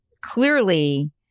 clearly